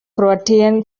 croatian